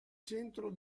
centro